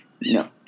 No